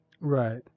Right